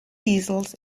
easels